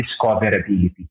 discoverability